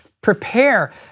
prepare